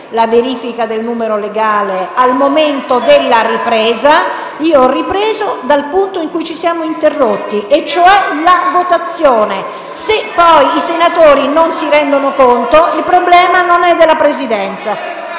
la verifica del numero legale al momento della ripresa dei lavori; io ho ripreso dal punto in cui ci eravamo interrotti, ossia la votazione. Se poi i senatori non si rendono conto, il problema non è della Presidenza.